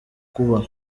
kuba